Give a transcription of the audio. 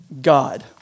God